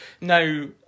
no